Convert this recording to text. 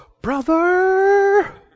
Brother